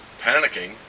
panicking